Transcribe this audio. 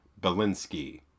Belinsky